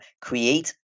create